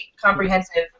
comprehensive